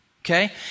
Okay